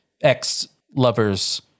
Ex-lover's